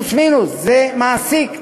פלוס-מינוס, זה מעסיק,